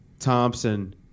thompson